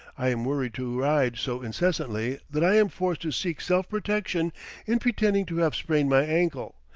i am worried to ride so incessantly that i am forced to seek self-protection in pretending to have sprained my ankle,